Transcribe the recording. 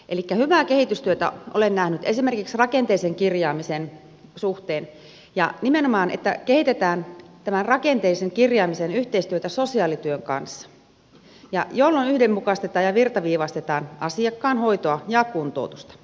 elikkä hyvää kehitystyötä olen nähnyt esimerkiksi rakenteisen kirjaamisen suhteen ja nimenomaan että kehitetään tämän rakenteisen kirjaamisen yhteistyötä sosiaalityön kanssa jolloin yhdenmukaistetaan ja virtaviivaistetaan asiakkaan hoitoa ja kuntoutusta